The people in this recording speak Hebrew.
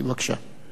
בבקשה.